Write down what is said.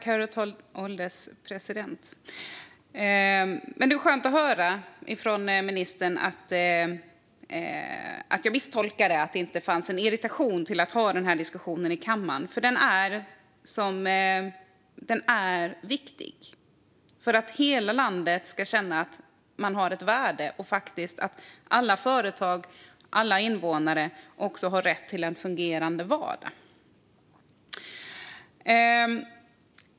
Herr ålderspresident! Det är skönt att höra från ministern att jag misstolkade och att det inte fanns någon irritation över att ha denna diskussion i kammaren. Den är viktig för att hela landet ska känna att man har ett värde och att alla företag och alla invånare har rätt till en fungerande vardag.